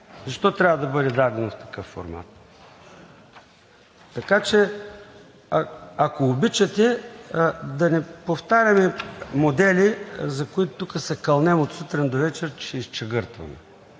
Защо трябва да бъде дадено в такъв формат? Така че, ако обичате, да не повтаряме модели, за които тук се кълнем от сутрин до вечер, че ще изчегъртаме.